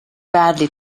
badly